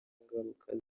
n’ingaruka